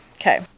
okay